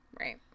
right